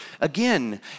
again